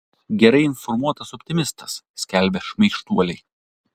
gerai informuotas optimistas skelbia šmaikštuoliai